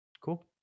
cool